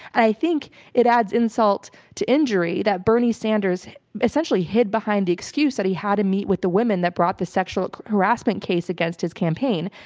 i think it adds insult to injury that bernie sanders essentially hid behind the excuse that he had to meet with the women that brought the sexual harassment case against his campaign.